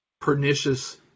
pernicious